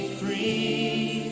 free